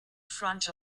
front